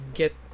get